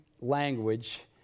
language